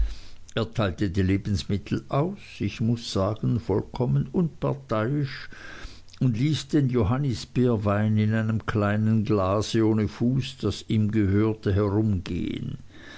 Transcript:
teilte die lebensmittel aus ich muß sagen vollkommen unparteiisch und ließ den johannisbeerwein in einem kleinen glase ohne fuß das ihm gehörte herumgehen